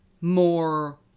more